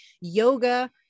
yoga